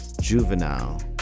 Juvenile